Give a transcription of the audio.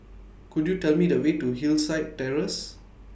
Could YOU Tell Me The Way to Hillside Terrace